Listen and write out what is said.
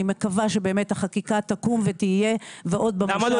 אני מקווה שהחקיקה תקום ותהיה עוד במושב